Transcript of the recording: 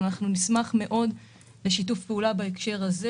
נשמח מאוד לשיתוף פעולה בהקשר הזה.